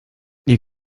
ihr